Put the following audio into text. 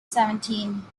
seventeen